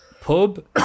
pub